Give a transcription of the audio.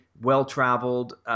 well-traveled